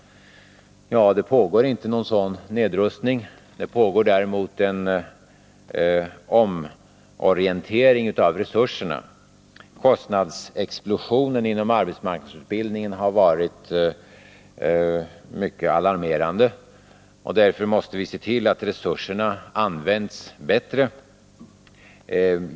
Det pågår inte någon sådan nedrustning. Det pågår däremot en omorientering av resurserna. Kostnadsexplosionen inom arbetsmarknadsutbildningen har varit mycket alarmerande. Därför måste vi se till att resurserna används bättre.